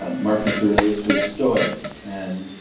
ah marcus aurelius was a stoic and